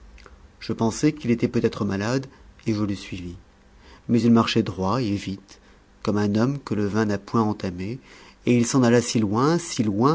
je pensai qu'il était peut-être malade et je le suivis mais il marchait droit et vite comme un homme que le vin n'a point entamé et il s'en alla si loin si loin